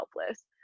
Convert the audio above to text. helpless